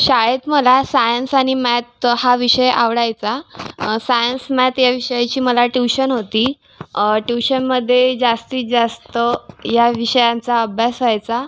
शाळेत मला सायन्स आणि मॅथ हा विषय आवडायचा सायन्स मॅथ या विषयाची मला ट्युशन होती ट्युशनमध्ये जास्तीतजास्त या विषयांचा अभ्यास व्हायचा